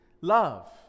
love